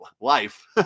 life